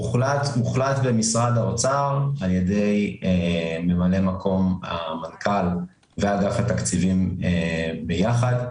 הוחלט במשרד האוצר על ידי ממלא מקום המנכ"ל ואגף התקציבים ביחד,